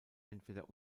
entweder